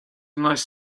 nice